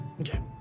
okay